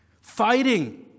fighting